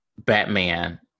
Batman